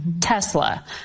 Tesla